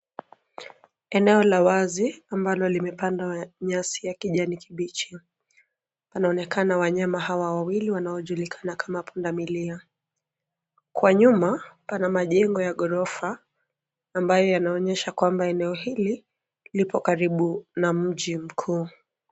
Eneo la wazi ambalo limepandwa nyasi ya kijani kibichi. Panaonekana wanyama hawa wawili wanaojulikana kama pundamilia. Kwa nyuma pana majengo ya ghorofa ambayo yanaonyesha kwamba eneo hii lipo karibu na mji mkuu.